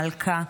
מלכה,